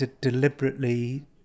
deliberately